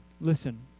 listen